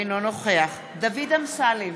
אינו נוכח דוד אמסלם,